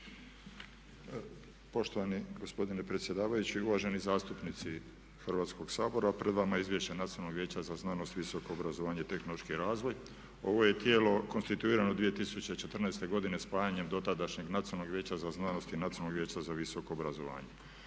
Poštovani gospodine predsjedavajući, uvaženi zastupnici Hrvatskoga sabora. Pred vama je Izvješće Nacionalnog vijeća za znanost, visoko obrazovanje i tehnološki razvoj. Ovo je tijelo konstituirano 2014. godine spajanjem dotadašnjeg Nacionalnog vijeća za znanost i Nacionalnog vijeća za visoko obrazovanje.